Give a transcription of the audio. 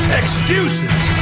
excuses